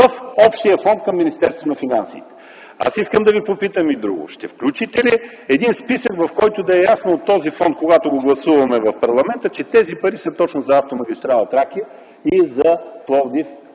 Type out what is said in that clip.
на финансите. Аз искам да Ви попитам и друго. Ще включите ли един списък, от който да е ясно този фонд, който гласуваме в парламента, че тези пари са точно за автомагистрала „Тракия” и за Пловдив